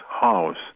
house